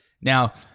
Now